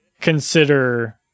consider